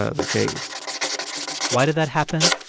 ah the case why did that happen?